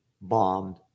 bombed